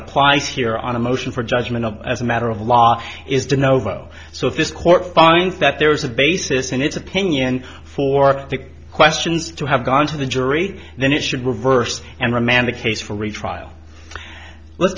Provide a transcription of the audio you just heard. applies here on a motion for judgment of as a matter of law is to novo so if this court finds that there is a basis in its opinion for the questions to have gone to the jury then it should reverse and remand the case for retrial let's